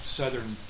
southern